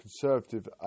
Conservative